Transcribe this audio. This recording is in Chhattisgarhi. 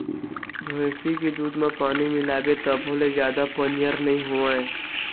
भइसी के दूद म पानी मिलाबे तभो ले जादा पनियर नइ होवय